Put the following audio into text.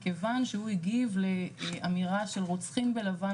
מכיוון שהוא הגיב לאמירה של "רוצחים בלבן",